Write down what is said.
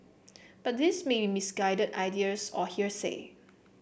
but these may misguided ideas or hearsay